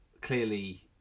clearly